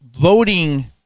voting